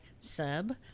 sub